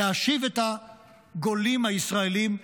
להשיב את הגולים הישראלים,